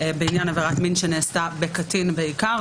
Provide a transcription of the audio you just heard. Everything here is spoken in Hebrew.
בעניין עבירת מין שנעשתה בקטין בעיקר,